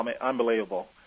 Unbelievable